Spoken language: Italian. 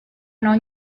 non